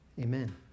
amen